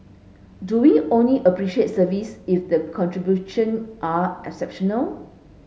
do we only appreciate service if the contribution are exceptional